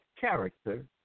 character